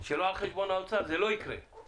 שלא על חשבון האוצר זה לא יקרה.